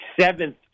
seventh